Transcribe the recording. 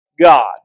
God